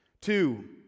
Two